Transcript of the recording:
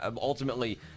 ultimately